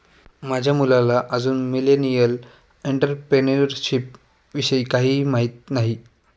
माझ्या मुलाला अजून मिलेनियल एंटरप्रेन्युअरशिप विषयी काहीही माहित नाही